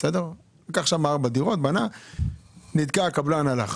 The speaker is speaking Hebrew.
נתקע והלך.